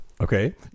Okay